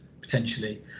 potentially